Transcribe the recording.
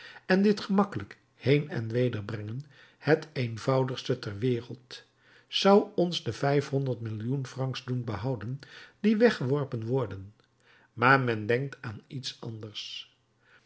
en dit gemakkelijk heen en wederbrengen het eenvoudigste ter wereld zou ons de vijfhonderd millioen francs doen behouden die weggeworpen worden maar men denkt aan iets anders